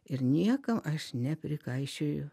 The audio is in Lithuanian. ir niekam aš neprikaišioju